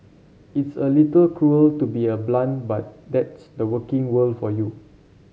it's a little cruel to be a blunt but that's the working world for you